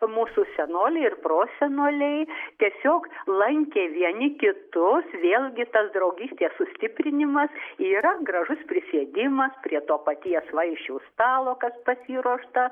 mūsų senoliai ir prosenoliai tiesiog lankė vieni kitus vėlgi tas draugystės sustiprinimas yra gražus prisėdimas prie to paties vaišių stalo kas pasiruošta